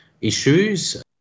issues